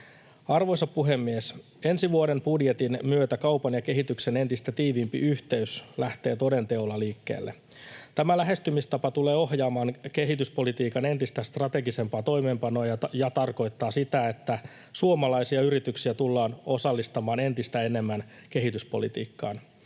Arvoisa puhemies! Ensi vuoden budjetin myötä kaupan ja kehityksen entistä tiiviimpi yhteys lähtee toden teolla liikkeelle. Tämä lähestymistapa tulee ohjaamaan kehityspolitiikan entistä strategisempaa toimeenpanoa ja tarkoittaa sitä, että suomalaisia yrityksiä tullaan osallistamaan entistä enemmän kehityspolitiikkaan.